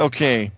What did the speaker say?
Okay